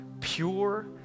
pure